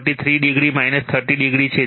43o 30o છે